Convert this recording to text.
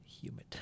Humid